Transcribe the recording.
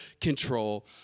control